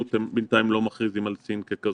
הם בינתיים לא מכריזים על סין ככזו.